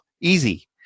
easy